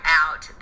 out